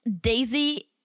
Daisy